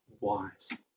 wise